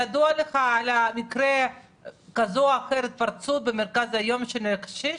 ידוע לך על מקרה התפרצות במרכז יום לקשיש?